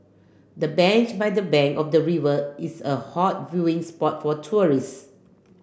the bench by the bank of the river is a hot viewing spot for tourists